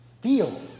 feel